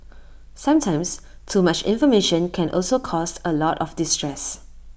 sometimes too much information can also cause A lot of distress